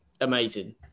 amazing